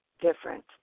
different